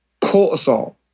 cortisol